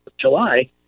July